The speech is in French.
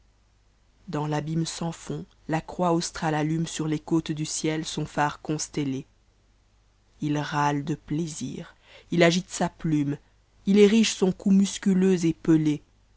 dans l'ablme sans fond la croix australe allume sur les cotes du ciel son phare constellé ït rate de plaisir h agite sa plume il érige son cou musculeux et pelé